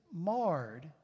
marred